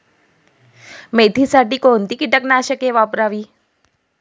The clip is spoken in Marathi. मेथीसाठी कोणती कीटकनाशके वापरावी?